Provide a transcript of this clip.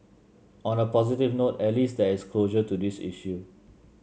on a positive note at least there is closure to this issue